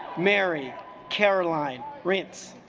marry caroline rinse